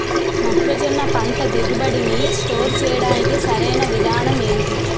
మొక్కజొన్న పంట దిగుబడి నీ స్టోర్ చేయడానికి సరియైన విధానం ఎంటి?